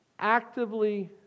Actively